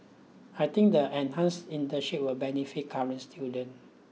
I think the enhanced internships will benefit current students